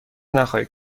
نخواهید